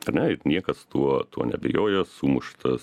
ar ne juk niekas tuo tuo neabejojo sumuštas